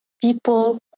people